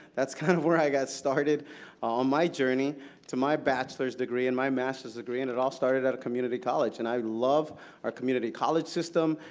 that's kind of where i got started on my journey to my bachelor's degree and my master's degree. and it all started at a community college. and i love our community college system.